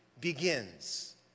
begins